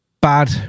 bad